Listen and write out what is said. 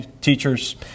teachers